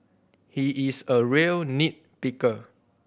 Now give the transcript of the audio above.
he is a real nit picker